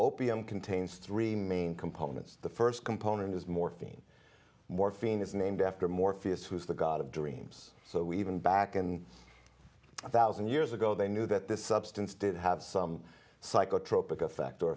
opium contains three main components the first component is morphine morphine is named after morpheus who is the god of dreams so we even back in one thousand years ago they knew that this substance did have some psychotropic effect or